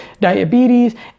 diabetes